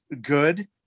good